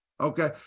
Okay